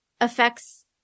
affects